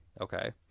Okay